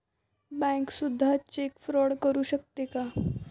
Bank सुद्धा cheque fraud करू शकते का?